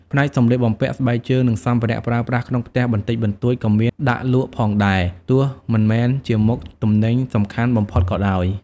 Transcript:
ផ្នែកសម្លៀកបំពាក់ ស្បែកជើង និងសម្ភារៈប្រើប្រាស់ក្នុងផ្ទះបន្តិចបន្តួចក៏មានដាក់លក់ផងដែរ ទោះមិនមែនជាមុខទំនិញសំខាន់បំផុតក៏ដោយ។